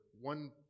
one